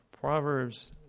Proverbs